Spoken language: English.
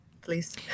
Please